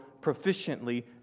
proficiently